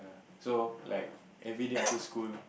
so like everyday after school